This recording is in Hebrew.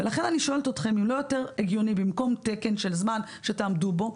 ולכן אני שואלת אתכם: האם לא יותר הגיוני שבמקום תקן של זמן שתעמדו בו,